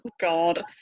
God